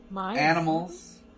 animals